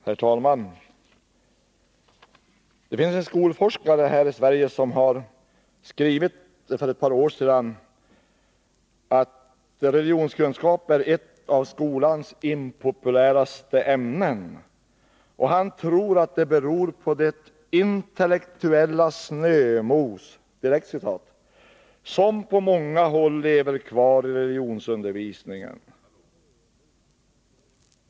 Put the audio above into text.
Herr talman! Det finns en skolforskare här i Sverige som för ett par år sedan skrev att religionskunskap är ett av skolans impopuläraste ämnen. Han tror att det beror på ”det intellektuella snömos” som på många håll lever kvar ireligionsundervisningen.